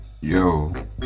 Yo